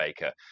Baker